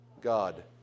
God